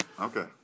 Okay